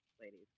ladies